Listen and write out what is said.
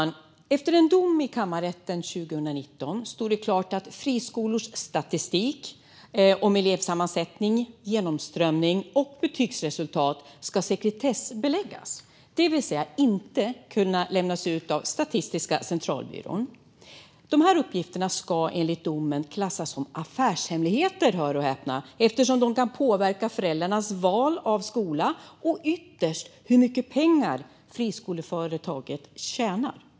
Fru talman! Efter en dom i kammarrätten 2019 stod det klart att friskolors statistik om elevsammansättning, genomströmning och betygsresultat ska sekretessbeläggas, det vill säga inte lämnas ut av Statistiska centralbyrån. Uppgifterna ska enligt domen klassas som affärshemligheter - hör och häpna - eftersom de kan påverka föräldrarnas val av skola och ytterst hur mycket pengar friskoleföretaget tjänar.